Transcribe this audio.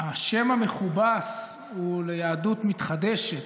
השם המכובס הוא "ליהדות מתחדשת",